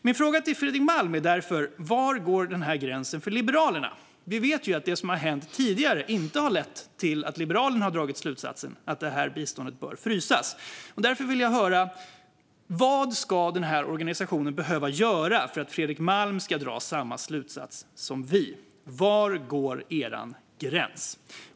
Min fråga till Fredrik Malm är därför var denna gräns går för Liberalerna. Vi vet ju att det som har hänt tidigare inte har lett till att Liberalerna har dragit slutsatsen att detta bistånd bör frysas. Därför vill jag höra vad den här organisationen ska behöva göra för att Fredrik Malm ska dra samma slutsats som vi. Var går er gräns?